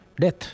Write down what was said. death